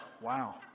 wow